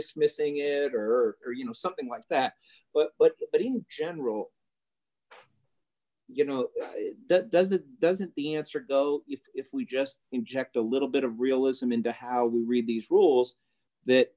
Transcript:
dismissing him or her or you know something like that but but but in general you know that does it doesn't the answer go if we just inject a little bit of realism into how we read these rules that